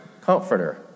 comforter